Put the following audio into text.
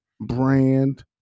brand